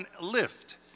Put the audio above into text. lift